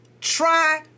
try